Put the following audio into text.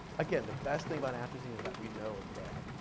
again, the best thing about atrazine is that we know it's bad.